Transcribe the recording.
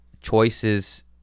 choices